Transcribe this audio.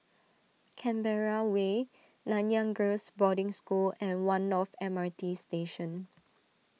Canberra Way Nanyang Girls' Boarding School and one North M R T Station